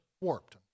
warped